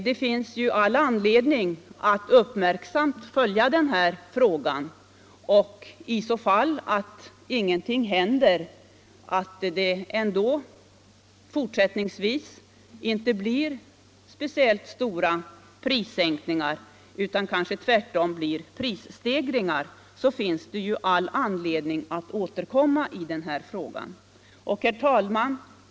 Det är emellertid befogat att uppmärksamt följa den här frågan, och ifall ingenting händer och det fortsättningsvis inte blir speciellt stora prissänkningar utan kanske tvärtom prisstegringar, finns det all anledning att återkomma. Herr talman!